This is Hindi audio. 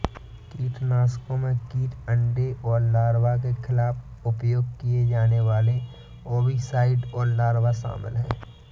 कीटनाशकों में कीट अंडे और लार्वा के खिलाफ उपयोग किए जाने वाले ओविसाइड और लार्वा शामिल हैं